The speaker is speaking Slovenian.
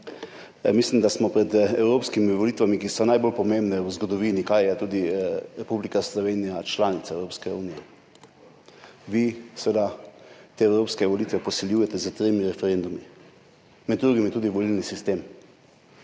mislim, da smo pred evropskimi volitvami, ki so najbolj pomembne v zgodovini, kar je tudi Republika Slovenija članica Evropske unije. Vi seveda te evropske volitve posiljujete s tremi referendumi, med drugim je tudi volilni sistem.